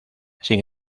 sin